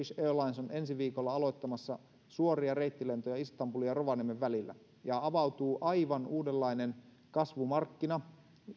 turkish airlines on ensi viikolla aloittamassa suoria reittilentoja istanbulin ja rovaniemen välillä ja avautuu aivan uudenlainen kasvumarkkina